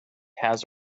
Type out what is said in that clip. has